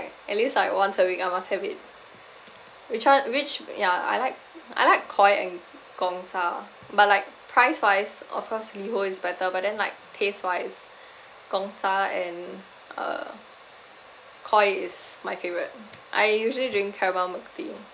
at least like once a week I must have it which one which ya I like I like Koi and Gong Cha but like price wise of course liho is better but then like taste wise Gong Cha and uh koi is my favourite I usually drink caramel milk tea